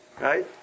right